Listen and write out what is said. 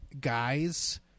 guys